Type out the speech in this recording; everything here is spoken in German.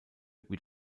wie